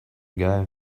guy